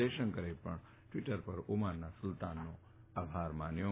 જયશંકરે પણ ટ્વીટર પર ઓમાનના સુલતાનનો આભાર માન્યો હતો